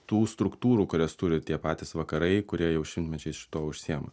tų struktūrų kurias turi tie patys vakarai kurie jau šimtmečiais šituo užsiema